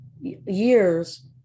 years